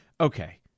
okay